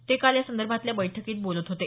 ते काल यासंदर्भातल्या बैठकीत बोलत होते